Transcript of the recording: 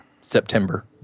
September